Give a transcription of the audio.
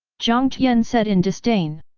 jiang tian said in disdain.